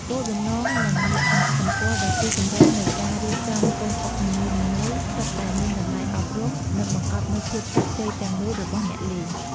គោលបំណង និងលក្ខណៈសម្គាល់ដ៏ស៊ីជម្រៅ នៃការរៀបចំកូនអុកនីមួយៗសុទ្ធតែមានតម្លៃអប់រំនិងបង្កប់នូវភាពជោគជ័យទាំងមូលរបស់អ្នកលេង។